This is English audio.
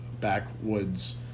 backwoods